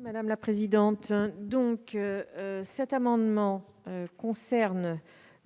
Mme la ministre. Cet amendement a pour objet